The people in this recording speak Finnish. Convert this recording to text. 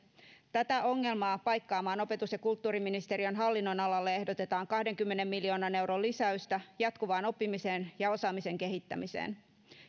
tätä ongelmaa paikkaamaan opetus ja kulttuuriministeriön hallinnonalalle ehdotetaan kahdenkymmenen miljoonan euron lisäystä jatkuvaan oppimiseen ja osaamisen kehittämiseen